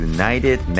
United